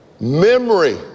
Memory